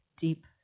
deep